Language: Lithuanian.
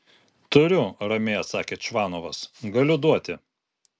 turiu ramiai atsakė čvanovas galiu duoti